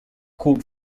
could